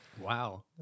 Wow